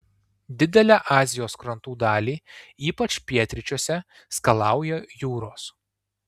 didelę azijos krantų dalį ypač pietryčiuose skalauja jūros